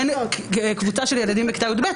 שבין קבוצה של ילדים בכיתה י"ב,